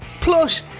plus